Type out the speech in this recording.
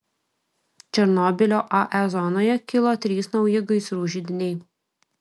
černobylio ae zonoje kilo trys nauji gaisrų židiniai